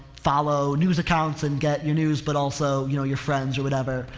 follow news accounts and get your news but also, you know your friends or whatever.